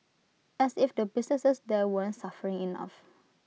as if the businesses there weren't suffering enough